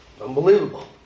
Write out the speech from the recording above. Unbelievable